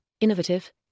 innovative